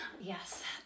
Yes